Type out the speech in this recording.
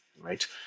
right